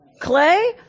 clay